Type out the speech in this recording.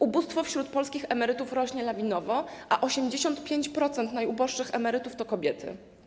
Ubóstwo wśród polskich emerytów rośnie lawinowo, a 85% najuboższych emerytów to kobiety.